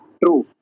true